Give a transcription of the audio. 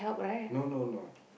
no no no